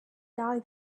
die